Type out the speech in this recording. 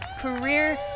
career